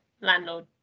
landlord